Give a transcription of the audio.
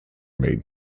made